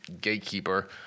gatekeeper